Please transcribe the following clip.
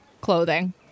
clothing